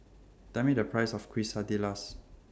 Tell Me The Price of Quesadillas